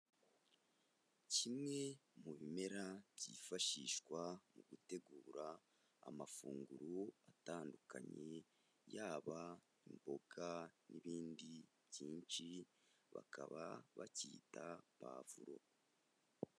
Kimwe mu bimera byifashishwa mu gutegura amafunguro atandukanye, yaba imboga n'ibindi byinshi, bakaba bacyita pavuro.